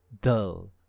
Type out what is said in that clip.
dull